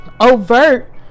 overt